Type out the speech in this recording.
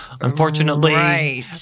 Unfortunately